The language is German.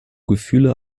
gefühle